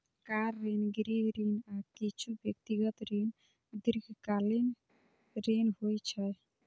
car ऋण, गृह ऋण, आ किछु व्यक्तिगत ऋण दीर्घकालीन ऋण होइ छै